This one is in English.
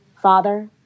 Father